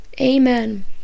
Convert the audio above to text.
Amen